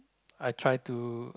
I try to